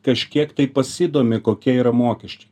kažkiek tai pasidomi kokie yra mokesčiai